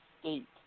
State